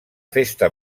festa